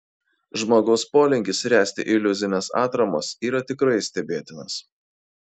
žmogaus polinkis ręsti iliuzines atramas yra tikrai stebėtinas